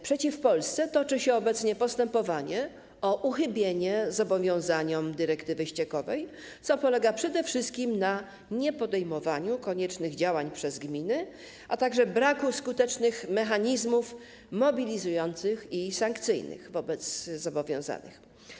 Przeciw Polsce toczy się obecnie postępowanie o uchybienie zobowiązaniom dyrektywy ściekowej, co polega przede wszystkim na niepodejmowaniu koniecznych działań przez gminy, a także braku skutecznych mechanizmów mobilizujących i sankcyjnych wobec zobowiązanych.